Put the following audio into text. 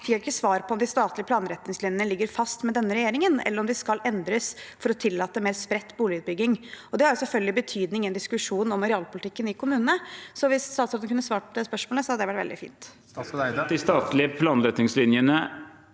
natur ikke svar på om de statlige planretningslinjene ligger fast med denne regjeringen, eller om de skal endres for å tillate mer spredt boligutbygging. Det har selvfølgelig betydning i en diskusjon om arealpolitikken i kommunene. Hvis statsråden kunne svart på det spørsmålet, hadde det vært veldig fint.